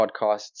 podcasts